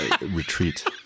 retreat